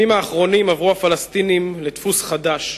עברו הפלסטינים לדפוס חדש,